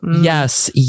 Yes